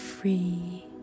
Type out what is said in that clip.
free